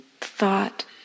thought